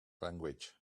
language